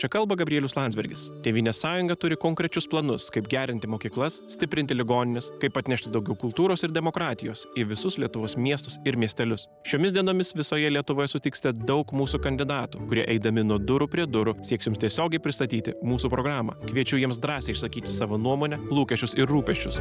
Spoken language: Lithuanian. čia kalba gabrielius landsbergis tėvynės sąjunga turi konkrečius planus kaip gerinti mokyklas stiprinti ligonines kaip atnešti daugiau kultūros ir demokratijos į visus lietuvos miestus ir miestelius šiomis dienomis visoje lietuvoje sutiksite daug mūsų kandidatų kurie eidami nuo durų prie durų sieksime tiesiogiai pristatyti mūsų programą kviečiu jiems drąsiai išsakyti savo nuomonę lūkesčius ir rūpesčius